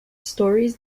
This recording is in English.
stories